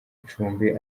icumbi